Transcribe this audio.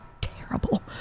terrible